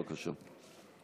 בבקשה.